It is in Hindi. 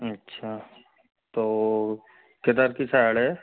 अच्छा तो किधर कि साइड है